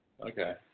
Okay